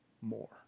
more